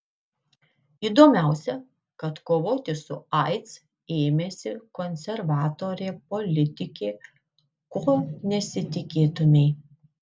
įdomiausia kad kovoti su aids ėmėsi konservatorė politikė ko nesitikėtumei